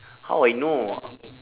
how I know